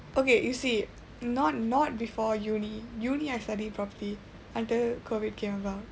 okay you see not not before uni uni I studied property under COVID came about